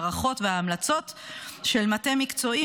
ההערכות וההמלצות של מטה מקצועי,